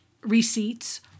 receipts